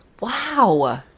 Wow